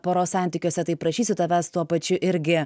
poros santykiuose tai prašysiu tavęs tuo pačiu irgi